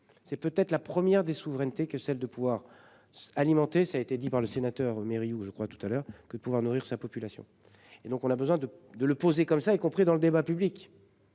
C'est peut être la première des souverainetés que celle de pouvoir. Alimenter ça a été dit par le sénateur mairie ou je crois tout à l'heure que de pouvoir nourrir sa population et donc on a besoin de de le poser comme ça, y compris dans le débat public.